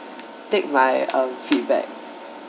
take my uh feedback